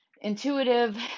intuitive